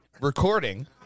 recording